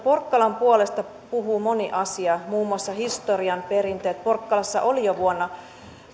porkkalan puolesta puhuu moni asia muun muassa historian perinteet porkkalassa oli jo vuonna